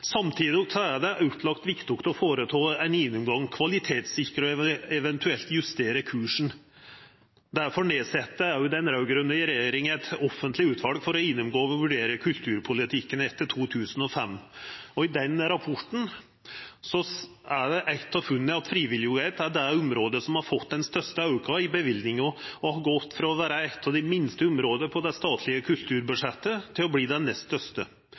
Samtidig er det opplagt viktig å føreta ein gjennomgang, kvalitetssikra og eventuelt justera kursen. Derfor nedsette òg den raud-grøne regjeringa eit offentleg utval for å gjennomgå og vurdera kulturpolitikken etter 2005. I den rapporten er eit av funna at friviljugheit er det området som har fått den største auken i løyvingar, og det har gått frå å vera eit av dei minste områda på det statlege kulturbudsjettet til å vera det nest